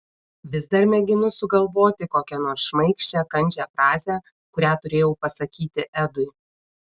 vis dar mėginu sugalvoti kokią nors šmaikščią kandžią frazę kurią turėjau pasakyti edui